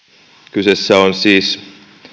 kyseessä on siis